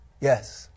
yes